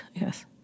yes